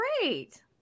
great